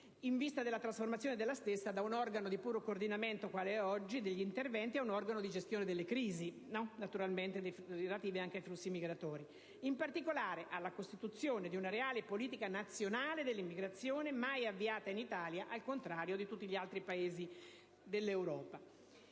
in vista della trasformazione della stessa da organo di puro coordinamento degli interventi, qual è oggi, a organo di gestione delle crisi legate anche ai fenomeni migratori e, in particolare, alla costituzione di una reale politica nazionale dell'immigrazione, mai avviata in Italia al contrario di tutti gli altri Paesi europei.